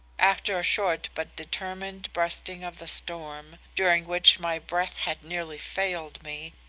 after a short but determined breasting of the storm, during which my breath had nearly failed me,